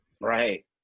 Right